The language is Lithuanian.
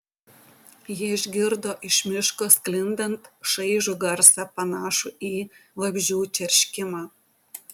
ji išgirdo iš miško sklindant šaižų garsą panašų į vabzdžių čerškimą